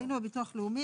היינו בביטוח הלאומי.